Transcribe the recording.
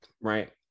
right